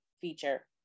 feature